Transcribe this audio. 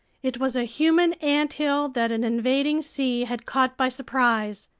it was a human anthill that an invading sea had caught by surprise!